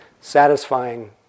satisfying